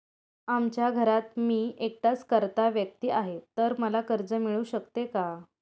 आमच्या घरात मी एकटाच कर्ता व्यक्ती आहे, तर मला कर्ज मिळू शकते का?